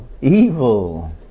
evil